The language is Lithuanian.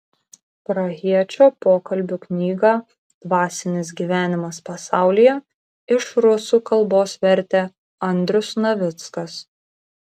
prahiečio pokalbių knygą dvasinis gyvenimas pasaulyje iš rusų kalbos vertė andrius navickas